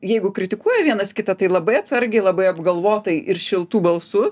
jeigu kritikuoja vienas kitą tai labai atsargiai labai apgalvotai ir šiltu balsu